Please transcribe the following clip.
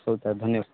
ହଉ ସାର୍ ଧନ୍ୟବାଦ